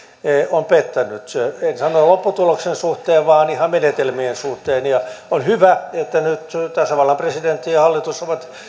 on pettänyt en sano lopputuloksen suhteen vaan ihan menetelmien suhteen on hyvä että nyt tasavallan presidentti ja hallitus ovat